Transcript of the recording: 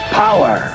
power